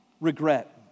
regret